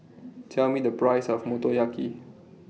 Tell Me The Price of Motoyaki